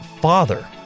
Father